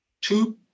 two